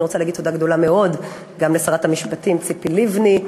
אני רוצה להגיד תודה גדולה מאוד לשרת המשפטים ציפי לבני,